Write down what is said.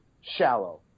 shallow